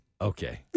Okay